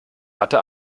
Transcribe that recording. watte